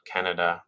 Canada